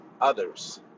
others